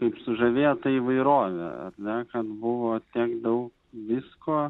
taip sužavėjo tą įvairovė ar ne kad buvo tiek daug visko